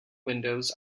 windows